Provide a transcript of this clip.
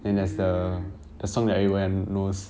um